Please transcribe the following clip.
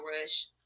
rush